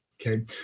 Okay